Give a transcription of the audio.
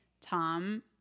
Tom